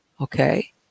okay